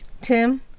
Tim